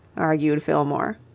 argued fillmore.